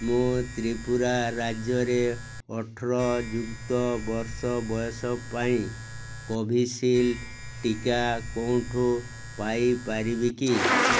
ମୁଁ ତ୍ରିପୁରା ରାଜ୍ୟରେ ଅଠର ଯୁକ୍ତ ବର୍ଷ ବୟସ ପାଇଁ କୋଭିଶିଲ୍ଡ୍ ଟିକା କେଉଁଠୁ ପାଇ ପାରିବି କି